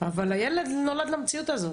אבל הילד נולד למציאות הזאת,